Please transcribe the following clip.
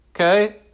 Okay